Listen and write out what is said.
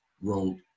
wrote